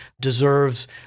deserves